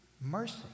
Mercy